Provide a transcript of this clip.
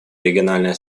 региональное